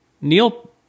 neil